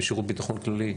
ושירות ביטחון כללי,